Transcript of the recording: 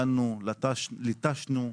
דנו, ליטשנו,